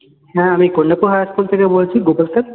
হ্যাঁ আমি কন্যাপুর হাইস্কুল থেকে বলছি গোপাল স্যার